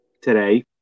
today